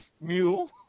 mule